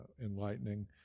enlightening